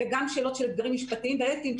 וגם שאלות של אתגרים משפטיים ואתיים,